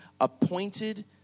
appointed